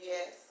Yes